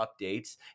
updates